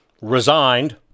resigned